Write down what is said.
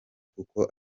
kuko